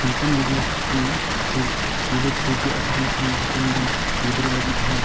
ᱱᱚᱝᱠᱟᱱ ᱡᱩᱫᱤ ᱥᱮ ᱵᱤᱵᱟᱹᱫ ᱥᱤᱨᱡᱟᱹᱣᱟᱜᱼᱟ ᱛᱟᱦᱚᱞᱮ ᱠᱷᱟᱱ ᱫᱚ ᱦᱟᱯᱮᱱ ᱫᱤᱱ ᱜᱤᱫᱽᱨᱟᱹ ᱞᱟᱹᱜᱤᱫ ᱦᱚᱸ